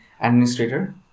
administrator